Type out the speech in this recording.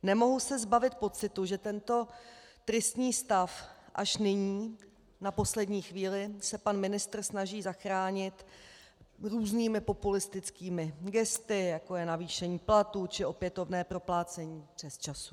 Nemohu se zbavit pocitu, že tento tristní stav se až nyní, na poslední chvíli, pan ministr snaží zachránit různými populistickými gesty, jako je navýšení platů či opětovné proplácení přesčasů.